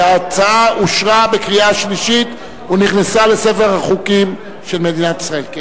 וההצעה אושרה בקריאה שלישית ונכנסה לספר החוקים של מדינת ישראל.